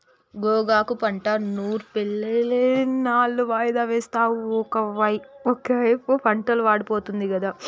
గోగాకు పంట నూర్పులింకెన్నాళ్ళు వాయిదా వేస్తావు ఒకైపు పంటలు వాడిపోతుంది గదా